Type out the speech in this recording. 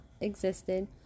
existed